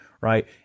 right